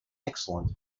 excellent